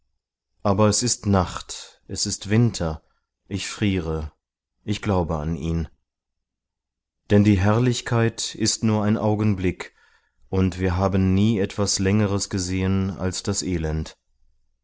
aber es ist nacht es ist winter ich friere ich glaube an ihn denn die herrlichkeit ist nur ein augenblick und wir haben nie etwas längeres gesehen als das elend